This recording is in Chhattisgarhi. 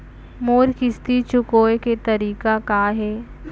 मोर किस्ती चुकोय के तारीक का हे?